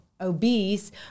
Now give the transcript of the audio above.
obese